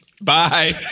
Bye